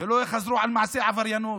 ולא יחזרו על מעשי עבריינות,